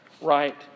right